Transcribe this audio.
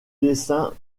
dessin